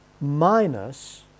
minus